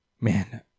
man